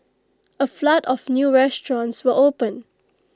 A flood of new restaurants will open